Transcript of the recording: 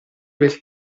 bel